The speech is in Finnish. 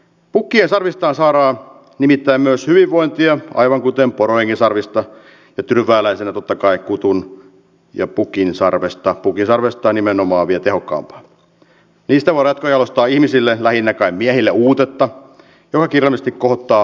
pukea todistaa saara nimittää myös hyvinvointia aivan kuten porojenkin sarvista ja tyrvääläisenä totta kai kutun ja pukin sarvesta pukin sarvesta nimenomaan vie tehokkaalta itävallan rajausta ihmisille lähinnä kai miehille uutetta pelkillä nosti koota